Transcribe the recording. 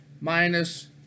minus